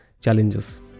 challenges